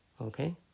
Okay